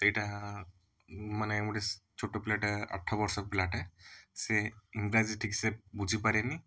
ସେଇଟା ମାନେ ଗୋଟେ ଛୋଟ ପିଲା ଟା ଆଠ ବର୍ଷ ପିଲା ଟା ସେ ଇଂରାଜୀ ଠିକ ସେ ବୁଝି ପାରେନି